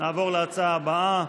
נעבור להצעה הבאה.